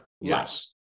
Yes